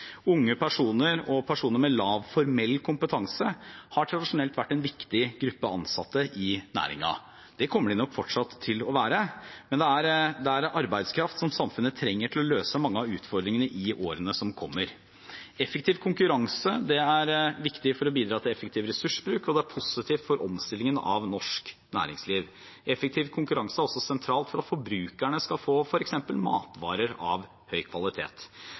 Unge og personer med lav formell kompetanse har tradisjonelt vært en viktig gruppe ansatte i næringen. Det kommer de nok fortsatt til å være, men dette er arbeidskraft som samfunnet trenger til å løse mange av utfordringene i årene som kommer. Effektiv konkurranse er viktig for å bidra til effektiv ressursbruk, og det er positivt for omstillingen av norsk næringsliv. Effektiv konkurranse er sentralt for at forbrukerne skal få f.eks. matvarer av høy kvalitet.